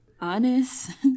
Honest